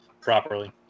properly